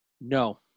No